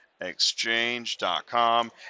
exchange.com